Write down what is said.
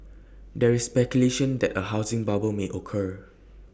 there is speculation that A housing bubble may occur